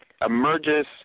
emerges